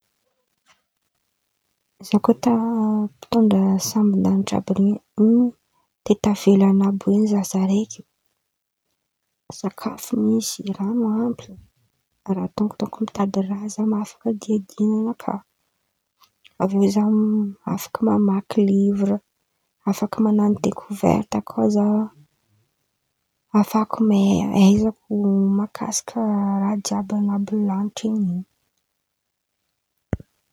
Zaho koa ta- mpitôndra sambondan̈itry àby ren̈y, de tavela an̈abo en̈y Zaho zaraiky, sakafo misy ran̈o ampy, raha ataoko dônko mitady raha zaho mahafaka diadian̈a anaka, avy eô za afaka mamaky livra, afaka man̈ano dekoverita kà za hafahako mahay ahaizako makasika raha jiàby an̈abo lan̈itra in̈y.